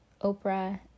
oprah